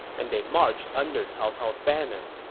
and they marched under cao cao's banner.